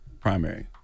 primary